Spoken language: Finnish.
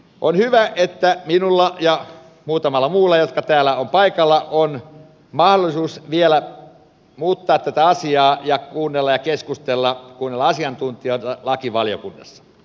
on hyvä että minulla ja muutamalla muulla jotka täällä ovat paikalla on mahdollisuus vielä muuttaa tätä asiaa ja kuunnella ja keskustella kuunnella asiantuntijoita lakivaliokunnassa